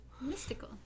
Mystical